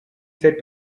said